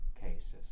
cases